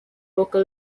local